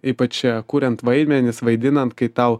ypač kuriant vaidmenis vaidinant kai tau